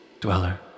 dweller